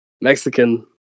Mexican